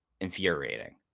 infuriating